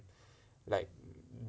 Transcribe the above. like